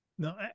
No